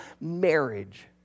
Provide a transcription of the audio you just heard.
marriage